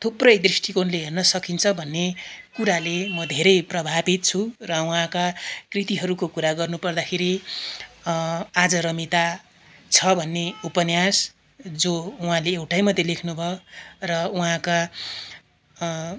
थुप्रै दृष्टिकोणले हेर्न सकिन्छ भन्ने कुराले म धेरै प्रवाभित छु र उहाँका कृतिहरूको कुरा गर्नुपर्दाखेरि आज रमिता छ भन्ने उपन्यास जो उहाँले एउटै मात्रै लेख्नुभयो र उहाँका